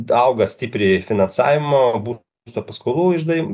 augo stipriai finansavimo būsto paskolų išdavimo